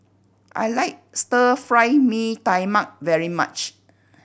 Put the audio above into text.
I like Stir Fry Mee Tai Mak very much